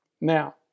Now